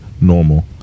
normal